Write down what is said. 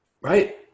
Right